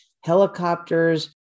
helicopters